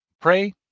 Pray